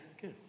good